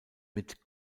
mit